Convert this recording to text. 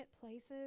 places